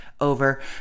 over